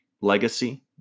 legacy